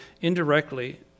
indirectly